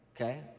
Okay